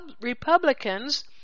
Republicans